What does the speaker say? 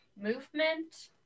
movement